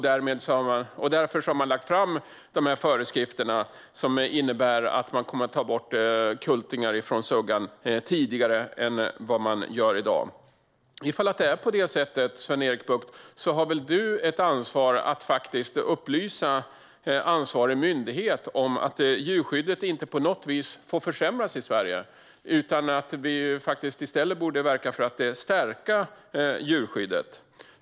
Därför har de lagt fram dessa föreskrifter som innebär att man kommer att ta bort kultingar från suggan tidigare än vad man gör i dag. Om det är på det sättet, Sven-Erik Bucht, har väl du ett ansvar för att upplysa ansvarig myndighet om att djurskyddet inte på något vis får försämras i Sverige? Vi borde i stället verka för att stärka djurskyddet.